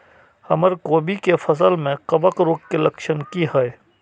हमर कोबी के फसल में कवक रोग के लक्षण की हय?